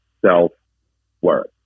self-worth